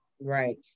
Right